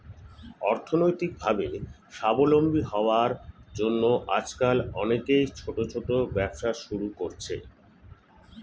অর্থনৈতিকভাবে স্বাবলম্বী হওয়ার জন্য আজকাল অনেকেই ছোট ছোট ব্যবসা শুরু করছে